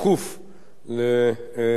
לפתור אותה.